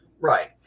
Right